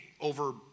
over